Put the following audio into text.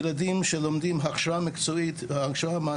ילדים שלומדים הכשרה מעשית,